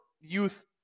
youth